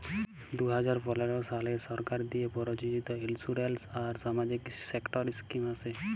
দু হাজার পলের সালে সরকার দিঁয়ে পরযোজিত ইলসুরেলস আর সামাজিক সেক্টর ইস্কিম আসে